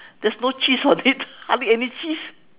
there's no cheese on it hardly any cheese